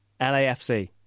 LAFC